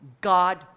God